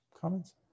comments